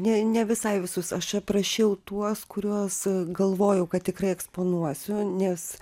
ne ne visai visus aš aprašiau tuos kuriuos galvojau kad tikrai eksponuosiu nes